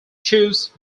choose